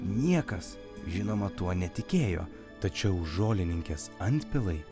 niekas žinoma tuo netikėjo tačiau žolininkės antpilai